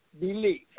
belief